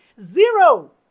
Zero